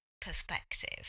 perspective